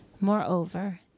Moreover